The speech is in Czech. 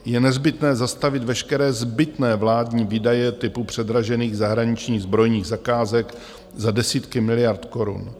Je nezbytné zastavit veškeré zbytné vládní výdaje typu předražených zahraničních zbrojních zakázek za desítky miliard korun.